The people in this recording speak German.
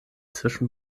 zwischen